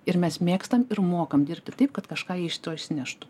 ir mes mėgstam ir mokam dirbti taip kad kažką iš to išsineštų